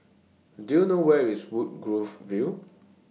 Do YOU know Where IS Woodgrove View